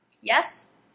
Yes